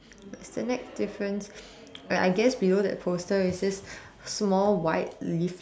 it's the next difference uh I guess below that poster it says small white leaflet